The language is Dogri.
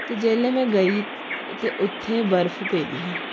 ते जिसलै में गेई ते उत्थै बर्फ पेदी ही